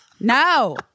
no